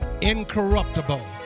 incorruptible